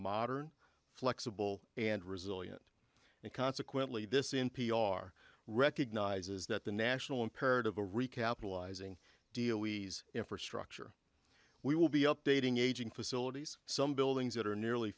modern flexible and resilient and consequently this in p r recognizes that the national imperative a recapitalizing deal we infrastructure we will be updating aging facilities some buildings that are nearly